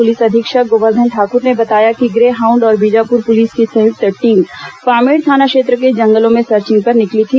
police अधीक्षक ंगोवर्धन ठाकुर ने बताया कि ग्रे हाउंड और बीजपुर पुलिस की संयुक्त टीम पामेड़ थाना क्षेत्र के जंगलों में सर्चिंग पर निकली थी